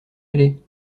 aller